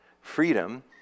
Freedom